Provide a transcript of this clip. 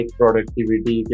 productivity